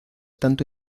tanto